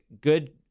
good